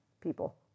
people